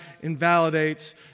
invalidates